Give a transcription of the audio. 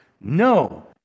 No